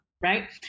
right